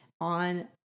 on